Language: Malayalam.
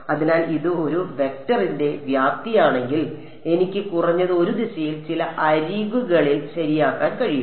അതിനാൽ ഇത് ഈ വെക്ടറിന്റെ വ്യാപ്തിയാണെങ്കിൽ എനിക്ക് കുറഞ്ഞത് ഒരു ദിശയിൽ ചില അരികുകളിൽ ശരിയാക്കാൻ കഴിയും